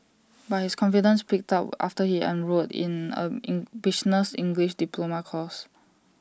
but his confidence picked up after he enrolled in A in business English diploma course